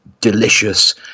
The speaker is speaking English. delicious